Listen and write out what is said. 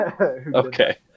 Okay